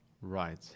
Right